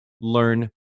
learn